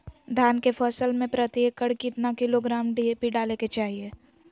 धान के फसल में प्रति एकड़ कितना किलोग्राम डी.ए.पी डाले के चाहिए?